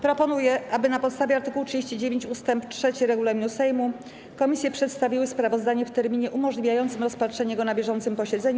Proponuję, aby na podstawie art. 39 ust. 3 regulaminu Sejmu komisje przedstawiły sprawozdanie w terminie umożliwiającym rozpatrzenie go na bieżącym posiedzeniu.